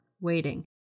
waiting